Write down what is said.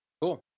Cool